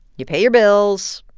you pay your bills.